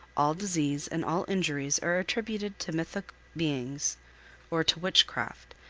all disease and all injuries are attributed to mythic beings or to witchcraft,